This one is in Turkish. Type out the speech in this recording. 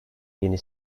yeni